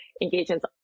engagements